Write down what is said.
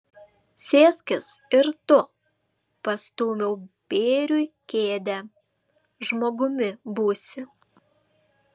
sėskis ir tu pastūmiau bėriui kėdę žmogumi būsi